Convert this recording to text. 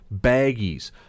baggies